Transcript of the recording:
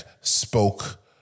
Spoke